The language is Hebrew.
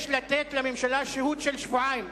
יש לתת לממשלה שהות של שבועיים,